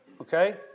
Okay